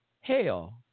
Hell